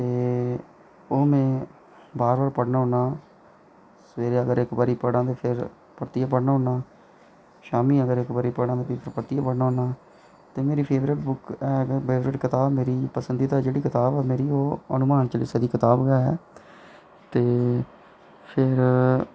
ते ओह् में बार बार पढ़ना होन्नां सवेरे अगर इक्क बारी पढ़ांऽ ते परतियै पढ़ना होन्नां शामीं अगर इक्क बारी पढ़ांऽ ते परतियै पढ़ना होन्नां ते मेरी फेवरेट बुक ऐ ते मेरी फेवरेट बुक ऐ गै पसंदीदा कताब जेह्ड़ी ओह् ऐ हनुमान चालीसा गै ते फिर